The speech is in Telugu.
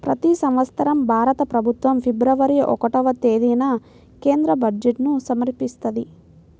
ప్రతి సంవత్సరం భారత ప్రభుత్వం ఫిబ్రవరి ఒకటవ తేదీన కేంద్ర బడ్జెట్ను సమర్పిస్తది